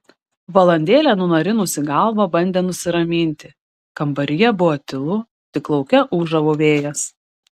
valandėlę nunarinusi galvą bandė nusiraminti kambaryje buvo tylu tik lauke ūžavo vėjas